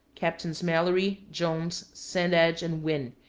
captains mallory, jones, sandedge, and winn,